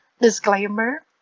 disclaimer